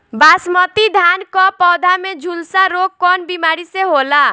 बासमती धान क पौधा में झुलसा रोग कौन बिमारी से होला?